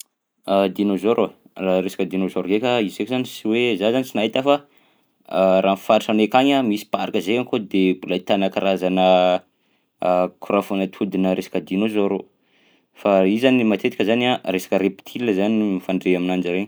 Dinôzôro raha resaka dinôzôro ndraika izy io zany sy hoe za zany sy nahita fa raha faritra anay akagny a misy parka zay akao de mbola ahitana karazana korafagn'atodinà resaka dinôzôro, fa i zany matetika zany a resaka reptile zany no mifandray aminanjy regny.